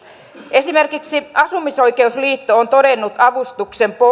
esimerkiksi asumisterveysliitto on todennut avustuksen